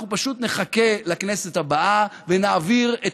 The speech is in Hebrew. אנחנו פשוט נחכה לכנסת הבאה ונעביר את